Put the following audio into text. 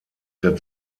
der